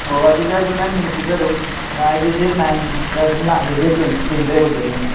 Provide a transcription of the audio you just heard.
ꯑꯣ ꯑꯗꯨꯗꯤ ꯑꯩ ꯑꯗꯨꯝ ꯅꯨꯃꯤꯠꯇꯨꯗ ꯑꯗꯨꯝ ꯍꯥꯏꯗꯤ ꯗꯦꯠ ꯅꯥꯏꯟꯗ ꯑꯗꯨꯝ ꯂꯥꯛꯂꯒꯦ ꯗꯦꯠ ꯇꯦꯟꯗꯒꯤ ꯍꯧꯗꯣꯏꯅꯤꯅ